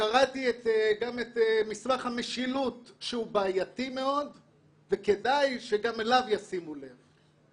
וקראתי גם את מסמך המשילות שהוא בעייתי מאוד וכדאי שגם אליו ישימו לב.